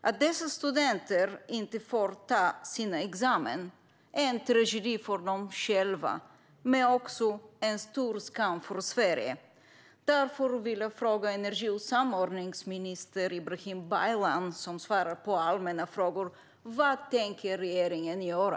Att dessa studenter inte får ta sin examen är en tragedi för dem själva men också en stor skam för Sverige. Därför vill jag fråga energi och samordningsminister Ibrahim Baylan, som svarar på allmänna frågor: Vad tänker regeringen göra?